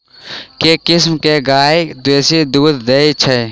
केँ किसिम केँ गाय बेसी दुध दइ अछि?